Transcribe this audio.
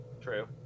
True